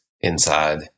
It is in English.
inside